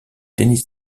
tennis